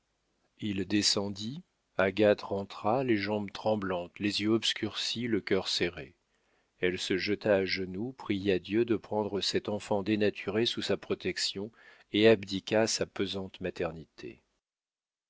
il descendit agathe rentra les jambes tremblantes les yeux obscurcis le cœur serré elle se jeta à genoux pria dieu de prendre cet enfant dénaturé sous sa protection et abdiqua sa pesante maternité